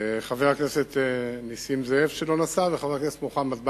וחבר הכנסת מוחמד ברכה.